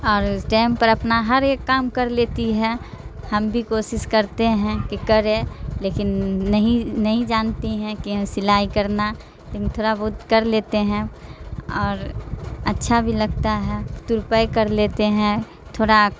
اور ٹیم پر اپنا ہر ایک کام کر لیتی ہے ہم بھی کوشش کرتے ہیں کہ کرے لیکن نہیں نہیں جانتی ہیں کہ سلائی کرنا لیکن تھوڑا بہت کر لیتے ہیں اور اچھا بھی لگتا ہے ترپائی کر لیتے ہیں تھوڑا